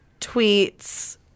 tweets